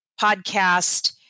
podcast